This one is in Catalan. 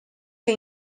que